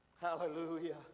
hallelujah